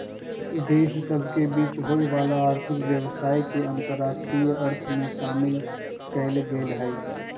देश सभ के बीच होय वला आर्थिक व्यवसाय के अंतरराष्ट्रीय अर्थ में शामिल कएल गेल हइ